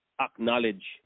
acknowledge